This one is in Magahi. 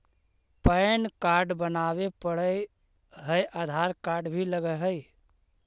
पैन कार्ड बनावे पडय है आधार कार्ड भी लगहै?